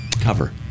cover